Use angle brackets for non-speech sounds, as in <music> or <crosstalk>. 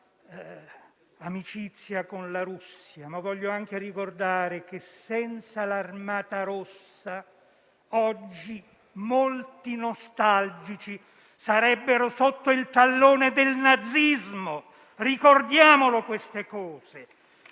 la sua amicizia con la Russia. Voglio anche ricordare però che senza l'Armata Rossa oggi molti nostalgici sarebbero sotto il tallone del nazismo. <applause> Ricordiamo queste cose.